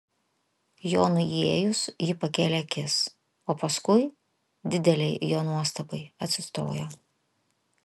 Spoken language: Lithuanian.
jonui įėjus ji pakėlė akis o paskui didelei jo nuostabai atsistojo